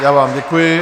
Já vám děkuji.